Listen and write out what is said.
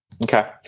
Okay